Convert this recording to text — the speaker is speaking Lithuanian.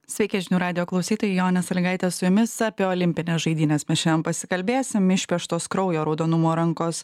sveiki žinių radijo klausytojai jonė salygaitė su jumis apie olimpines žaidynes mes šiandien pasikalbėsim išpieštos kraujo raudonumo rankos